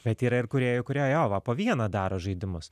bet yra ir kūrėjų kurie jo va po vieną daro žaidimus